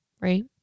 Right